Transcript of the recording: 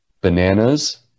Bananas